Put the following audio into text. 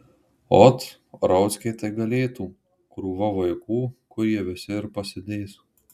ot rauckiai tai galėtų krūva vaikų kur jie visi ir pasidės